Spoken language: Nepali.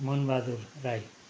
मनबहादुर राई